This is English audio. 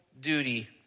duty